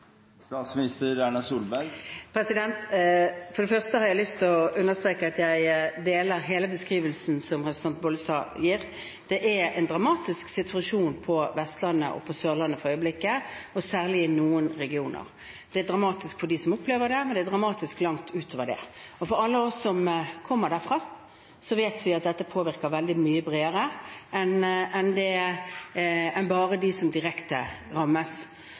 For det første har jeg lyst til å understreke at jeg deler hele beskrivelsen representanten Bollestad gir. Det er en dramatisk situasjon på Vestlandet og på Sørlandet for øyeblikket, og særlig i noen regioner. Det er dramatisk for dem som opplever det, men det er dramatisk langt utover det. Alle vi som kommer derfra, vet at dette påvirker mye bredere enn bare dem som rammes direkte. Hvis man har familie som jobber i oljebransjen, ser man at alle disse nedbemanningene tærer på dem som opplever dette direkte